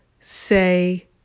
say